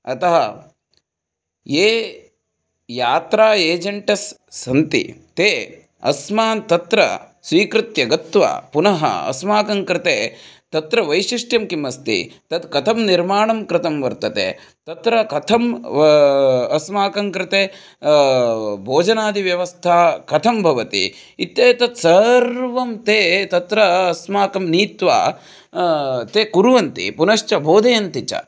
अतः ये यात्रा एजेण्टस् सन्ति ते अस्मान् तत्र स्वीकृत्य गत्वा पुनः अस्माकं कृते तत्र वैशिष्ट्यं किमस्ति तत् कथं निर्माणं कृतं वर्तते तत्र कथं अस्माकं कृते भोजनादिव्यवस्था कथं भवति इत्यादि तत् सर्वं ते तत्र अस्माकं नीत्वा ते कुर्वन्ति पुनश्च बोधयन्ति च